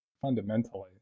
fundamentally